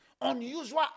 Unusual